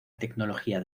tecnología